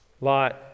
Lot